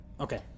Okay